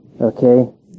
okay